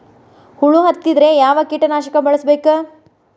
ಹುಳು ಹತ್ತಿದ್ರೆ ಯಾವ ಕೇಟನಾಶಕ ಬಳಸಬೇಕ?